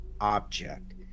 object